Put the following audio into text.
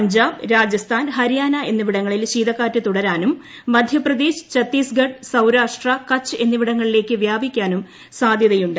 പഞ്ചാബ് രാജസ്ഥാൻ ഹരിയാന എന്നിവിടങ്ങളിൽ ശീതക്കാറ്റ് തുടരാനും മധ്യപ്രദേശ് കച്ച് എന്നിവിടങ്ങളിലേക്ക് വ്യാപിക്കാനും സാധ്യതയുണ്ട്